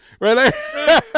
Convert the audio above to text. right